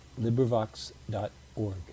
LibriVox.org